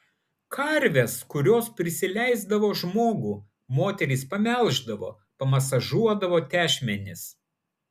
karves kurios prisileisdavo žmogų moterys pamelždavo pamasažuodavo tešmenis